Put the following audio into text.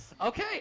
Okay